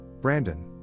Brandon